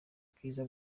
ubwiza